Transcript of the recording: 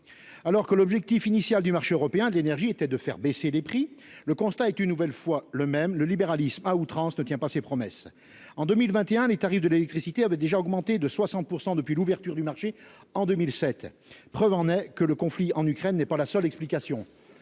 Alors que l'objectif initial du marché européen de l'énergie était de faire baisser les prix, le constat est une nouvelle fois le même : le libéralisme à outrance ne tient pas ses promesses. En 2021, les tarifs de l'électricité avaient déjà augmenté de 60 % depuis l'ouverture du marché en 2007, preuve que le conflit en Ukraine n'est pas la seule explication.